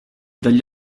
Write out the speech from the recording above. dagli